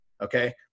okay